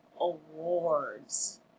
awards